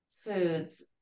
foods